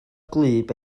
gwlyb